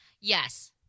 Yes